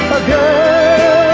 again